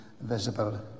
visible